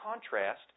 contrast